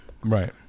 Right